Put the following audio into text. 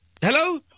Hello